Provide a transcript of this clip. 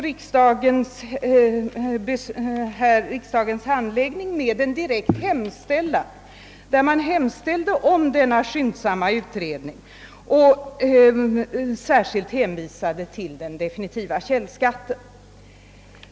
Riksdagens handläggning resulterade i en direkt hemställan om en skyndsam utredning varvid man särskilt hänvisade till den definitiva källskatten.